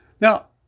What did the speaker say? Now